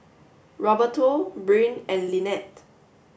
Roberto Brynn and Linette